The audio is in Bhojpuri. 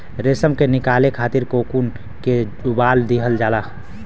रेशम के निकाले खातिर कोकून के उबाल दिहल जाला